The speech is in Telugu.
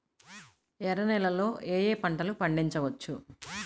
ఎర్ర నేలలలో ఏయే పంటలు పండించవచ్చు?